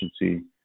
efficiency